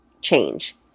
change